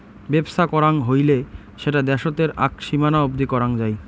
বেপছা করাং হৈলে সেটা দ্যাশোতের আক সীমানা অবদি করাং যাই